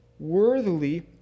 worthily